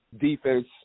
defense